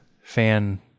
fan